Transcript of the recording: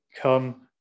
come